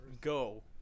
go